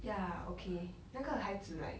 ya okay 那个孩子 like